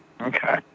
Okay